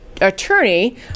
attorney